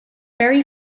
very